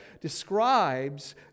describes